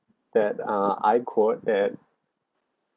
that uh I quote that